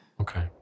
Okay